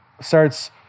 starts